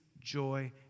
joy